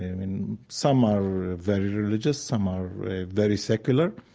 i mean, some are are very religious some are very secular.